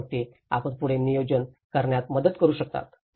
आणि मग हे आपण पुढे नियोजन करण्यात मदत करू शकता